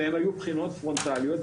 שהיו בחינות פרונטליות,